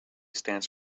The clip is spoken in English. stands